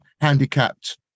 handicapped